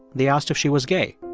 they asked if she was gay.